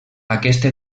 aquesta